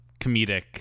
comedic